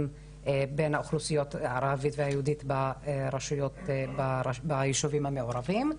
בין האוכלוסיות הערבית והיהודית ביישובים המעורבים.